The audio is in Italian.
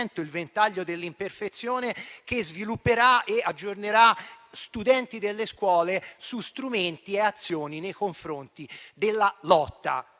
"Il ventaglio dell'imperfezione", che svilupperà e aggiornerà studenti delle scuole su strumenti e azioni nei confronti della lotta